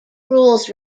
rules